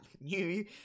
new